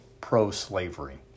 pro-slavery